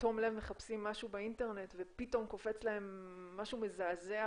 שבתום לב מחפשים משהו באינטרנט ופתאום קופץ להם משהו מזעזע